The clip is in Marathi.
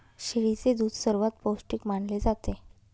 शेळीचे दूध सर्वात पौष्टिक मानले जाते